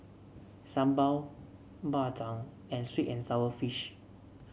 sambal Bak Chang and sweet and sour fish